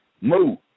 Move